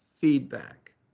feedback